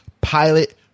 pilot